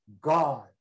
God